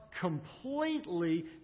Completely